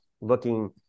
looking